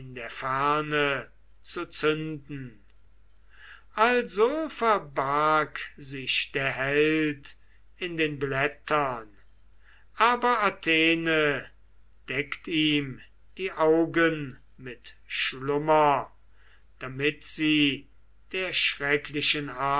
der ferne zu zünden also verbarg sich der held in den blättern aber athene deckt ihm die augen mit schlummer damit sie der schrecklichen